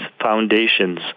foundations